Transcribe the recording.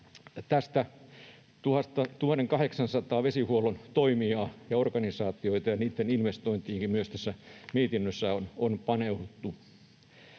näistä 1 800:sta vesihuollon toimijasta ja organisaatiosta, ja niitten investointeihinkin tässä mietinnössä on paneuduttu.